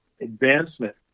advancement